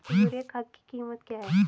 Urea खाद की कीमत क्या है?